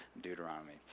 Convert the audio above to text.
Deuteronomy